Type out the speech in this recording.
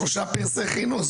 שלושה פרסי חינוך,